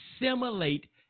assimilate